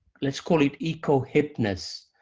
let's call it eco-hipness,